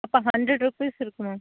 அப்போ hundred rupees இருக்கும் ma'am